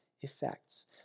effects